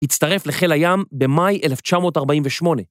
‫הצטרף לחיל הים במאי 1948.